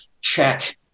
check